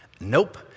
nope